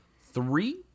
Three